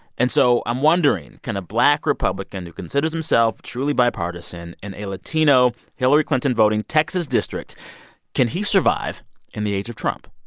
and so i'm wondering can a black republican, who considers himself truly bipartisan in a latino, hillary-clinton-voting texas district can he survive in the age of trump?